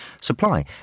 supply